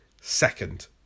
second